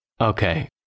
Okay